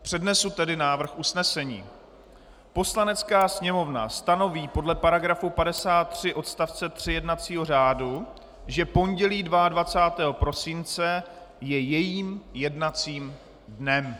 Přednesu tedy návrh usnesení: Poslanecká sněmovna stanoví podle § 53 odst. 3 jednacího řádu, že pondělí 22. prosince je jejím jednacím dnem.